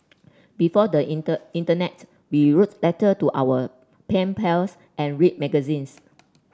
before the inter internet we wrote letter to our pen pals and read magazines